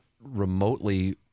remotely